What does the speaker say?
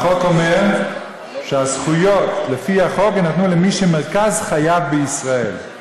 החוק אומר שהזכויות לפי החוק יינתנו למי שמרכז חייו בישראל.